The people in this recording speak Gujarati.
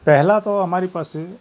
પહેલાં તો અમારી પાસે